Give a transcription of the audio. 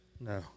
No